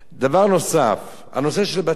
דבר נוסף הוא הנושא של בתי-כנסיות.